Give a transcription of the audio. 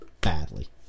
badly